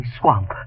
Swamp